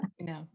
No